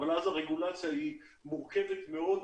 אבל אז הרגולציה מורכבת מאוד,